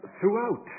throughout